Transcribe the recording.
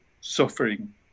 suffering